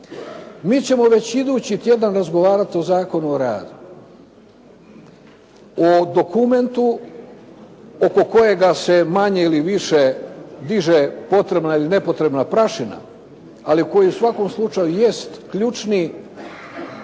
Mi ćemo već idući tjedan razgovarati o Zakonu o radu. O dokumentu oko kojega se manje ili više diže potrebna ili nepotrebna prašina, ali koji u svakom slučaju jest ključni zakon